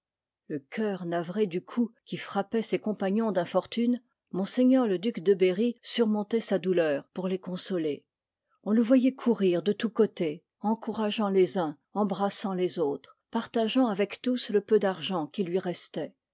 le cœur navré du coup qui frappoit ses compagnons d'infortune m le duc de berry surmontoit sa douleur pour les consoler on le voyoit courir de tous côtés encourageant les uns embrassant les au l part très partageant avec tous le peu d'argent iiv il qui lui restoit